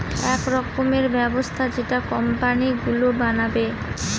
এক রকমের ব্যবস্থা যেটা কোম্পানি গুলো বানাবে